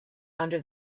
under